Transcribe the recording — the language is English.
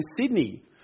Sydney